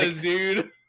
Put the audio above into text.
dude